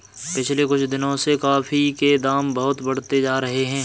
पिछले कुछ दिनों से कॉफी के दाम बहुत बढ़ते जा रहे है